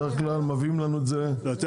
בדרך כלל מביאים לנו את זה באישור.